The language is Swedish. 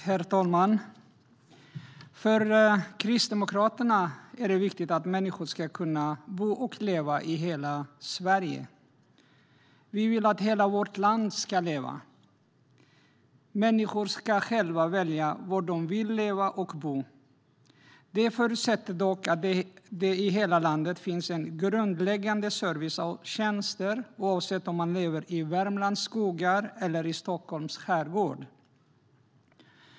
Herr talman! För Kristdemokraterna är det viktigt att människor ska kunna bo och leva i hela Sverige. Vi vill att hela vårt land ska leva. Människor ska själva välja var de vill leva och bo. Det förutsätter dock att det i hela landet finns en grundläggande service av tjänster, oavsett om man lever i Värmlands skogar eller i Stockholms skärgård.